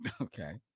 Okay